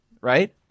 right